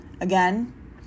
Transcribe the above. Again